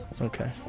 Okay